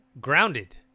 Grounded